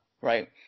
right